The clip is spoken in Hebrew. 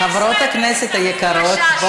חברות הכנסת היקרות,